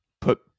put